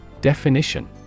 Definition